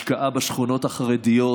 השקעה בשכונות החרדיות,